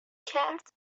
کرد